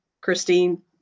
Christine